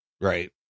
Right